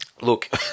Look